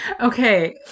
Okay